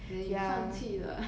then you 放弃了